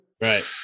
Right